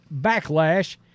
backlash